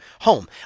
home